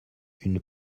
une